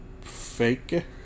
fake